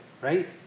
right